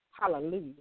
Hallelujah